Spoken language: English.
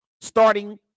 starting